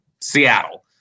Seattle